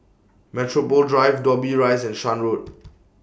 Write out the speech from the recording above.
Metropole Drive Dobbie Rise and Shan Road